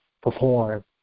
perform